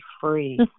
free